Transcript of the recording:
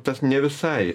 tas ne visai